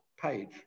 page